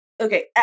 Okay